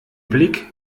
blick